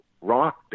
rock